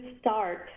start